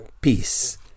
peace